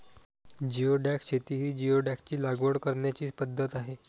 geoduck शेती ही जिओडॅकची लागवड करण्याची पद्धत आहे